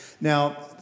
Now